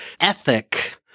ethic